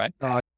right